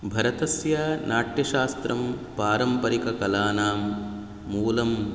भरतस्य नाट्यशास्त्रं पारम्परिककलानां मूलं